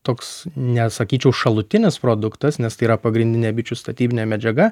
toks nesakyčiau šalutinis produktas nes tai yra pagrindinė bičių statybinė medžiaga